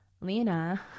Lena